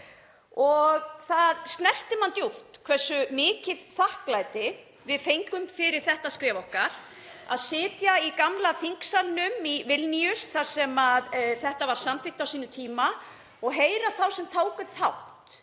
Það snertir mann djúpt hversu mikið þakklæti við fengum fyrir þetta skref okkar, að sitja í gamla þingsalnum í Vilníus þar sem þetta var samþykkt á sínum tíma og heyra þá sem tóku þátt